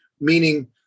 meaning